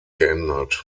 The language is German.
geändert